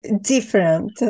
different